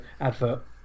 advert